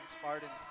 Spartans